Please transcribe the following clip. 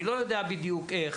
אני לא יודע בדיוק איך.